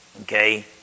Okay